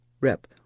Rep